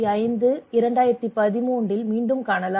2000 2005 மற்றும் 2013ல்மீண்டும் காணலாம்